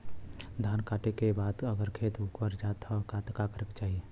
धान कांटेके बाद अगर खेत उकर जात का करे के चाही?